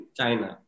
China